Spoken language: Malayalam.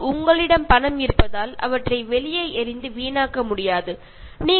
പക്ഷെ നിങ്ങൾക്ക് ആ പൈസ കൊടുത്തു വാങ്ങുന്ന സാധനങ്ങൾ വലിച്ചെറിയാനോ ചീത്തയാക്കാനോ കഴിയില്ല